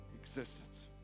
existence